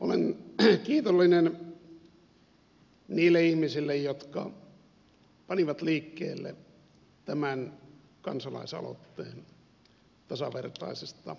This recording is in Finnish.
olen kiitollinen niille ihmisille jotka panivat liikkeelle tämän kansalaisaloitteen tasavertaisesta avioliittolaista